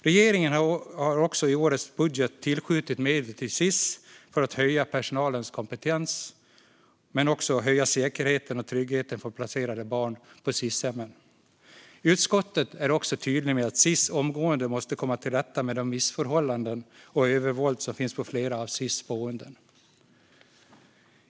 Regeringen har också i årets budget tillskjutit medel till Sis för att höja personalens kompetens och också höja säkerheten och tryggheten för placerade barn på Sis-hemmen. Utskottet är också tydligt med att Sis omgående måste komma till rätta med de missförhållanden och det övervåld som förekommer på flera av Sis boenden.